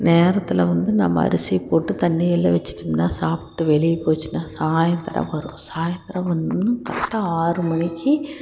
நேரத்தில் வந்து நம்ம அரிசி போட்டு தண்ணியெல்லாம் வெச்சிட்டோமுன்னா சாப்பிட்டு வெளியே போச்சுன்னா சாய்ந்தரம் வரும் சாய்ந்தரம் வந்து கரெக்டாக ஆறு மணிக்கு